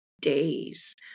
days